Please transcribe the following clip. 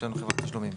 --- חברת תשלומים.